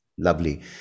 Lovely